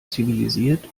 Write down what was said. zivilisiert